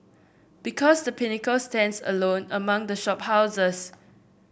because The Pinnacle stands alone among the shop houses